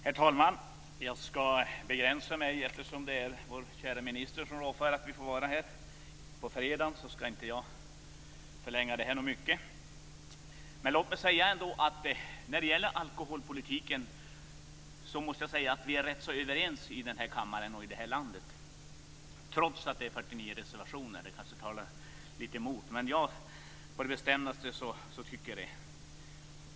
Herr talman! Jag ska begränsa mig; eftersom det är vår käre minister som rår för att vi får vara här på fredagen ska jag inte förlänga debatten mycket. Men låt mig ändå säga några ord. När det gäller alkoholpolitiken måste jag säga att vi är tämligen överens här i kammaren och här i landet, trots att det är 49 reservationer i ärendet. Men jag vill ändå hävda det på det bestämdaste.